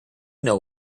know